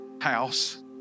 house